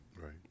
Right